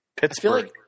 Pittsburgh